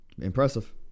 Impressive